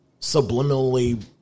Subliminally